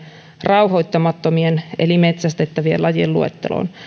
rauhoittamattomien eli metsästettävien lajien luetteloon